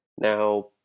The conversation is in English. Now